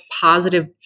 positive